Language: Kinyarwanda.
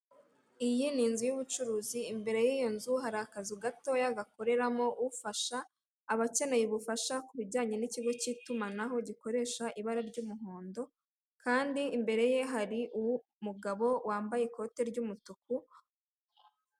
Iyi ni inzu y'ubucuruzi imbere yiyo nzu hari akazu gatoya gakoreramo ufasha abakeneye ubufasha abakeneye ubufasha kubijyane n'ikigo cy'itumanaho ku kigo gikoresha ibara ry'umuhondo, kandi imbere ye hari umugabo wambaye ikoti ry'umutuku.